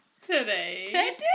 Today